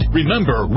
Remember